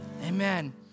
amen